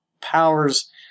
powers